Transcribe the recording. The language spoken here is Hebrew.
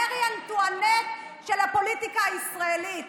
מרי אנטואנט של הפוליטיקה הישראלית.